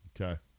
okay